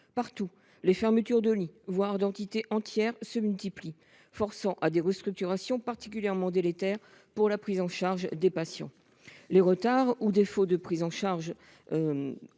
Partout, les fermetures de lits, voire d’entités entières, se multiplient, forçant les directions à des restructurations particulièrement délétères pour la prise en charge des patients. Les retards ou les défauts de prise en charge